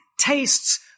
tastes